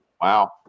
Wow